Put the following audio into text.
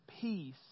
peace